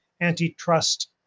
antitrust